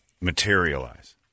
materialize